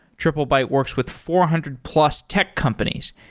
triplebyte works with four hundred plus tech companies,